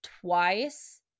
twice